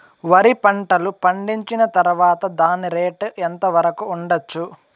వరి పంటలు పండించిన తర్వాత దాని రేటు ఎంత వరకు ఉండచ్చు